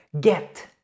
get